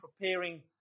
preparing